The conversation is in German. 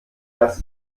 dass